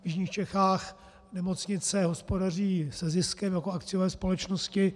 V jižních Čechách nemocnice hospodaří se ziskem jako akciové společnosti.